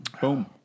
Boom